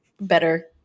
better